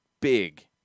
big